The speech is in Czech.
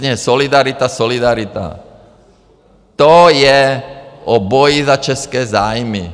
Jasně, solidarita, solidarita, to je o boji za české zájmy.